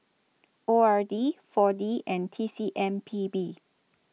O R D four D and T C M P B